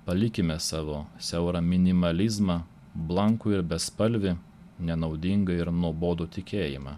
palikime savo siaurą minimalizmą blankų ir bespalvį nenaudingą ir nuobodų tikėjimą